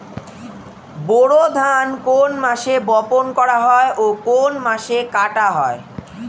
বোরো ধান কোন মাসে বপন করা হয় ও কোন মাসে কাটা হয়?